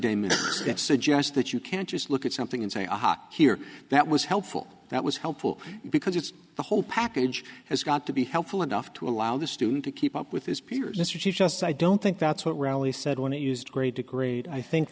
that suggests that you can't just look at something and say aha here that was helpful that was helpful because it's the whole package has got to be helpful enough to allow the student to keep up with his peers or she just i don't think that's what riley said when he used grade to grade i think